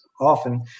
often